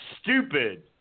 stupid